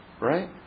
Right